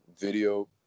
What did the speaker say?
video